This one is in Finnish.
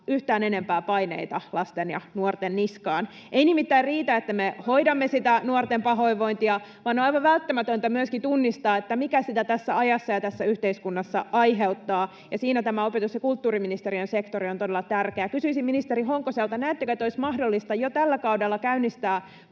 yhtään enempää paineita lasten ja nuorten niskaan. Ei nimittäin riitä, että me hoidamme sitä nuorten pahoinvointia, vaan on aivan välttämätöntä myöskin tunnistaa, mikä sitä tässä ajassa ja tässä yhteiskunnassa aiheuttaa, ja siinä tämä opetus- ja kulttuuriministeriön sektori on todella tärkeä. Kysyisin ministeri Honkoselta: näettekö, että olisi mahdollista jo tällä kaudella käynnistää